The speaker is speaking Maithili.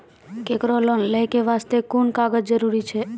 केकरो लोन लै के बास्ते कुन कागज जरूरी छै?